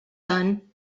son